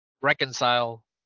reconcile